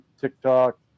TikTok